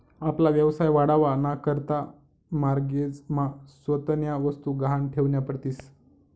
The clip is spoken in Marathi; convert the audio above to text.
आपला व्यवसाय वाढावा ना करता माॅरगेज मा स्वतःन्या वस्तु गहाण ठेवन्या पडतीस